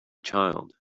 child